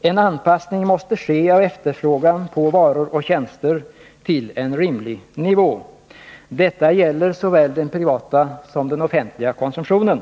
En anpassning måste ske av efterfrågan på varor och tjänster till en rimlig nivå. Detta gäller såväl den privata som den offentliga konsumtionen.